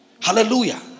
Hallelujah